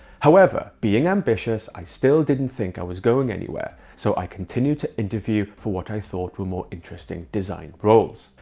however, being ambitious, i still didn't think i was going anywhere. so i continued to interview for what i thought were more interesting design roles.